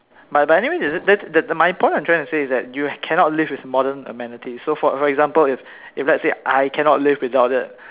but anyway that that my point I'm trying to say is that you cannot live with modern amenities so for example if let's say I cannot live without it